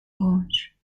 granges